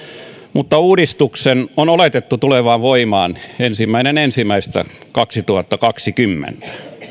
mutta uudistuksen on oletettu tulevan voimaan ensimmäinen ensimmäistä kaksituhattakaksikymmentä